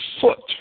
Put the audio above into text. foot